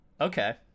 Okay